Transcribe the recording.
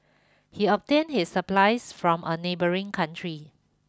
he obtained his supplies from a neighbouring country